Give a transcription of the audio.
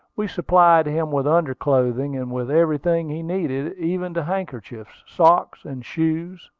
we supplied him with under-clothing, and with everything he needed, even to handkerchiefs, socks, and shoes.